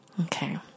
Okay